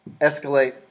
Escalate